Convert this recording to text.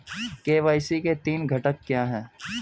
KYC के तीन घटक क्या हैं?